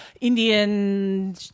Indian